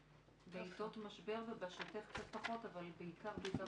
בעיתות משבר בעיקר.